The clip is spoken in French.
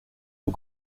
aux